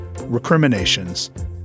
recriminations